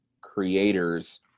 creators